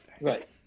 right